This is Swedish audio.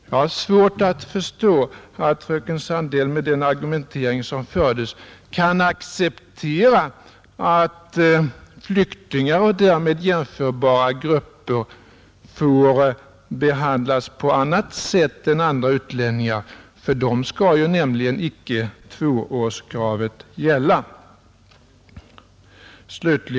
Jag har svårt att förstå att fröken Sandell med den argumentering hon förde kan acceptera att flyktingar och med dem jämförbara grupper får behandlas på annat sätt än andra utlänningar. För dem skall nämligen tvåårskravet inte gälla.